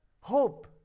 hope